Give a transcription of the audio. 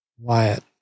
Wyatt